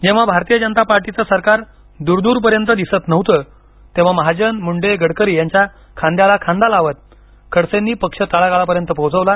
जेव्हा भारतीय जनता पार्टीचं सरकार द्रद्रपर्यंत दिसत नव्हतं तेव्हा महाजन मुंडे गडकरी यांच्या खांद्याला खांदा लावत खडसेनी पक्ष तळागाळापर्यंत पोहोचवला